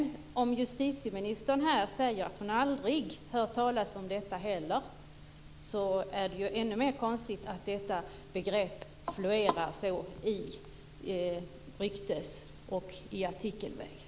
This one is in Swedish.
Om justitieministern säger att hon aldrig hört talas om detta, är det ännu mer konstigt att detta begrepp florerar så genom rykten och artiklar.